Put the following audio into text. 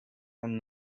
and